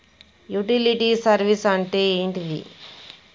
Utility service అంటే ఏంటిది?